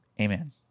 amen